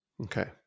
Okay